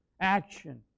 action